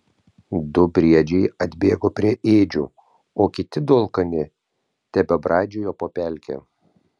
du briedžiai atbėgo prie ėdžių o kiti du alkani tebebraidžiojo po pelkę